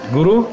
Guru